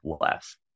less